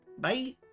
Bye